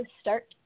start